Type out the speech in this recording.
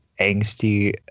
angsty